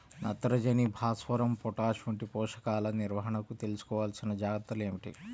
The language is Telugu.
నత్రజని, భాస్వరం, పొటాష్ వంటి పోషకాల నిర్వహణకు తీసుకోవలసిన జాగ్రత్తలు ఏమిటీ?